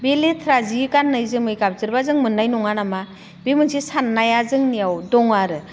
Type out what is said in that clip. बे लेथ्रा जि गानै जोमै गाबज्रिब्ला जों मोननाय नङा नामा बे मोनसे साननाया जोंनियाव दं आरो